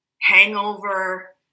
hangover